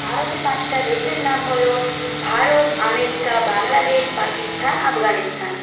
ভারতে পাঁচটা দেশের নাম হল ভারত আমেরিকা বাংলাদেশ পাকিস্তান আফগানিস্তান